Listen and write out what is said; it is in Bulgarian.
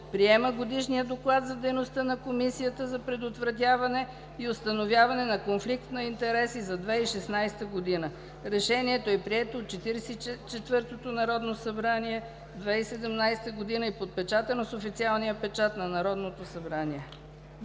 Приема Годишния доклад за дейността на Комисията за предотвратяване и установяване на конфликт на интереси за 2016 г. Решението е прието от Четиридесет и четвъртото народно събрание на 15 юни 2017 г. и е подпечатано с официалния печат на Народното събрание.“